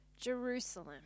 Jerusalem